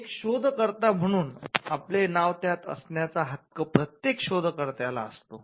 एक शोधकर्ता म्हणून आपले नाव त्यात असण्याचा हक्क प्रत्येक शोध कर्त्याला असतो